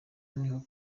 niho